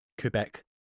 Quebec